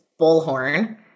bullhorn